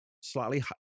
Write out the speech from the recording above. slightly